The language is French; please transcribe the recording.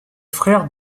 frère